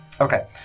Okay